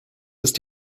ist